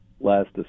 last